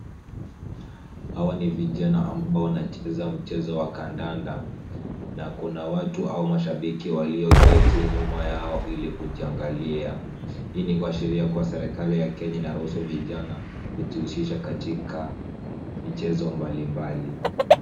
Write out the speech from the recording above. Hawa ni vijana ambao wanacheza mchezo wa kandanda na kuna watu au mashabiki walioketi nyuma yao ili kujiangalia. Hii ni kuashiria kuwa serikali ya Kenya inaruhusu vijana kujihusisha katika michezo mbalimbali.